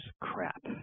crap